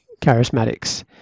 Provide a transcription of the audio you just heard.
charismatics